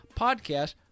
podcast